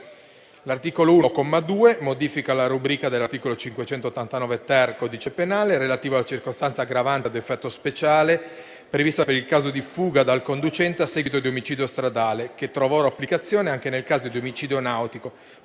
L'articolo 1, comma 2, modifica la rubrica dell'articolo 589-*ter* del codice penale, relativo alla circostanza aggravante a effetto speciale prevista per il caso di fuga del conducente a seguito di omicidio stradale, che trova ora applicazione anche nel caso di omicidio nautico,